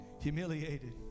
humiliated